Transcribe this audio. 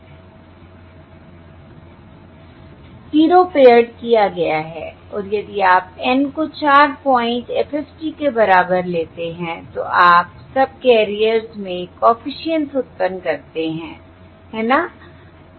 0 paired किया गया है और यदि आप N को 4 पॉइंट FFT के बराबर लेते हैं तो आप सबकैरियर्स में कॉफिशिएंट्स उत्पन्न करते हैं है ना